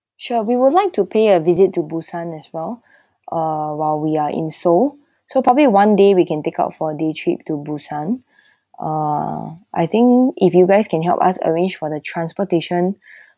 sure we would like to pay a visit to busan as well uh while we are in seoul so probably one day we can take out for day trip to busan uh I think if you guys can help us arrange for the transportation